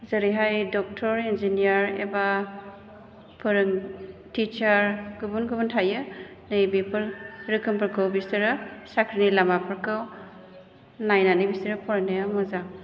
जेरैहाय doctor engineer एबा फोरों टिसार गुबुन गुबुन थायो नै बेफोर रोखोमफोरखौ बिसोरो साख्रिनि लामाफोरखौ नायनानै बिसोरो फरायनाया मोजां